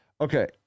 Okay